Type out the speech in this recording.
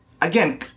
again